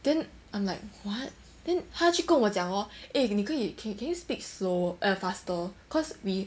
then I'm like what then 他去跟我讲 hor eh 你可以 can can you speak slow err faster cause we